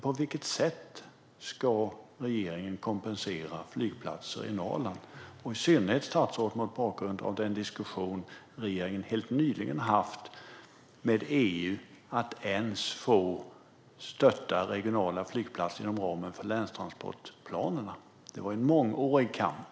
På vilket sätt ska regeringen kompensera flygplatser i Norrland? Jag ställer frågan, statsrådet, i synnerhet mot bakgrund av den diskussion regeringen helt nyligen haft med EU om att ens få stötta regionala flygplatser inom ramen för länstransportplanerna. Det var en mångårig kamp.